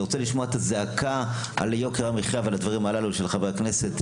אני רוצה לשמוע את הזעקה על יוקר המחייה ועל הדברים הללו של חברי הכנסת,